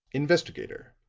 investigator,